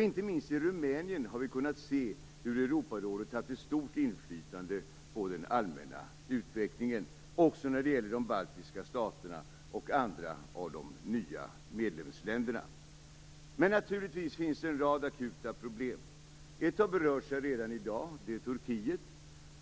Inte minst i Rumänien har vi kunnat se hur Europarådet har haft ett stort inflytande på den allmänna utvecklingen. Det gäller också de baltiska staterna och andra av de nya medlemsländerna. Men naturligtvis finns det en rad akuta problem. Ett har redan berörts i dag. Det är Turkiet.